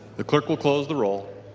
the clerk will close the roll.